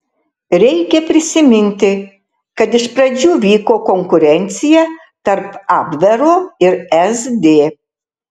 reikia prisiminti kad iš pradžių vyko konkurencija tarp abvero ir sd